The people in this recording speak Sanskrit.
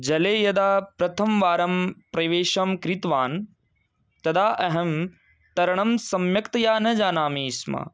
जले यदा प्रथमवारं प्रवेशं कृतवान् तदा अहं तरणं सम्यक्तया न जानामि स्म